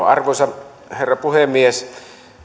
arvoisa herra puhemies